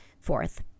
Fourth